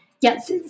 yes